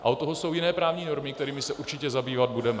Od toho jsou jiné právní normy, kterými se určitě zabývat budeme.